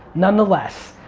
nonetheless,